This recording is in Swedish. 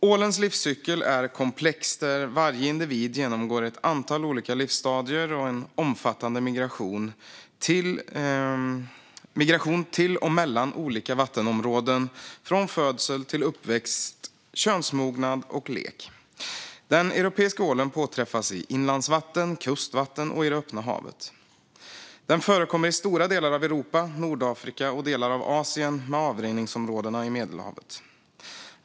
Ålens livscykel är komplex, där varje individ genomgår ett antal olika livsstadier och en omfattande migration till och mellan olika vattenområden från födsel till uppväxt, könsmognad och lek. Den europeiska ålen påträffas i inlandsvatten, i kustvatten och i det öppna havet. Den förekommer i stora delar av Europa, Nordafrika och delar av Asien med avrinningsområden i Medelhavet.